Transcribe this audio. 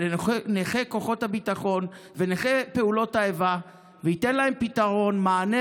לנכי כוחות הביטחון ולנכי פעולות האיבה וייתן להם פתרון ומענה.